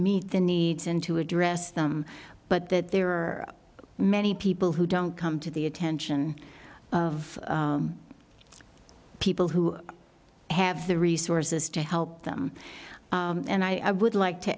meet the needs and to address them but that there are many people who don't come to the attention of people who have the resources to help them and i would like to